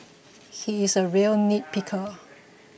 he is a real nitpicker